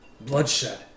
bloodshed